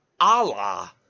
Allah